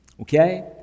Okay